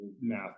math